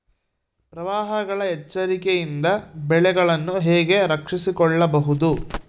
ಪ್ರವಾಹಗಳ ಎಚ್ಚರಿಕೆಯಿಂದ ಬೆಳೆಗಳನ್ನು ಹೇಗೆ ರಕ್ಷಿಸಿಕೊಳ್ಳಬಹುದು?